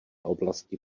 oblasti